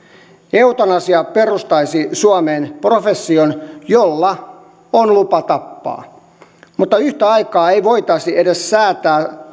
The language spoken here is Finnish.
eutanasia perustaisi suomeen profession jolla on lupa tappaa mutta yhtä aikaa ei voitaisi edes säätää